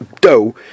Dough